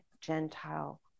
Gentile